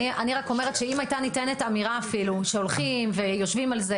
אני רק אומרת שאם הייתה ניתנת אמירה אפילו שהולכים ויושבים על זה